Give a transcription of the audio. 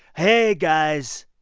hey, guys.